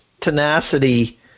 tenacity